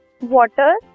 water